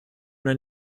una